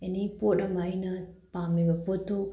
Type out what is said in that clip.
ꯑꯦꯅꯤ ꯄꯣꯠ ꯑꯃ ꯑꯩꯅ ꯄꯥꯝꯂꯤꯕ ꯄꯣꯠꯇꯨ